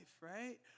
right